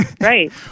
Right